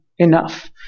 Enough